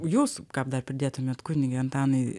jūs ką dar pridėtumėt kunige antanai